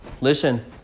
listen